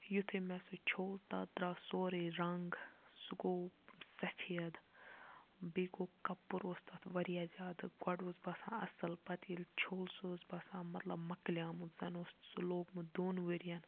یُتھُے مےٚ سُہ چھوٚل تَتھ درٛاو سورُے رَنٛگ سُہ گوٚو سَفید بیٚیہِ گوٚو کَپُر اوس تَتھ واریاہ زیادٕ گۄڈٕ اوس باسان اصل پَتہٕ ییٚلہِ چھوٚل سُہ اوس باسان مَطلَب مۄکلیومُت زَن اوس سُہ لوگمُت دۄن ؤریَن